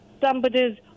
somebody's